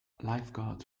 lifeguards